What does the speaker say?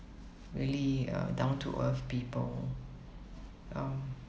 really uh down to earth people um